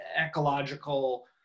ecological